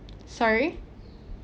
sorry